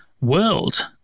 world